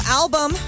album